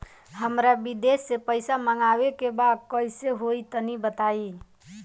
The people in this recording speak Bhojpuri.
हमरा विदेश से पईसा मंगावे के बा कइसे होई तनि बताई?